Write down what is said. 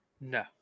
No